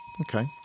Okay